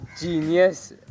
genius